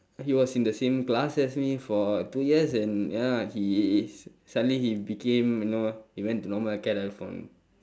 he was in the same class as me for two years and ya he s~ suddenly he became you know he went to normal acad and from